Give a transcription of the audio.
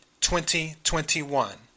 2021